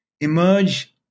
emerge